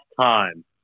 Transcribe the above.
time